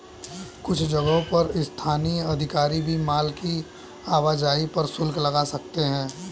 कुछ जगहों पर स्थानीय अधिकारी भी माल की आवाजाही पर शुल्क लगा सकते हैं